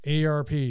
ARP